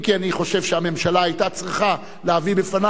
אם כי אני חושב שהממשלה היתה צריכה להביא בפני